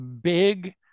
big